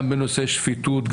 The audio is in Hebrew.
גם בנושא שפיטות,